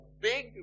big